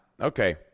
okay